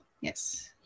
Yes